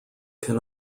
can